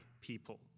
people